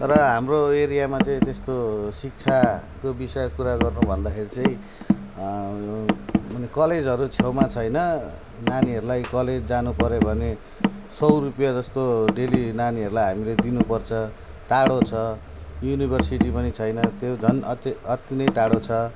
र हाम्रो एरियामा चाहिँ त्यस्तो शिक्षाको विषय कुरा गर्नु भन्दाखेरि चाहिँ कलेजहरू छेउमा छैन नानीहरूलाई कलेज जानु पऱ्यो भने सय रुपियाँ जस्तो डेली नानीहरूलाई हामी दिनु पर्छ टाढो छ युनिभर्सिटी पनि छैन त्यो झन् अति अति नै टाढो छ